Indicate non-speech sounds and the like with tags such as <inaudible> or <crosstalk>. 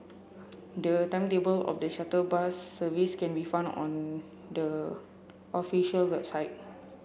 the timetable of the shuttle <unintelligible> service can be found on the official website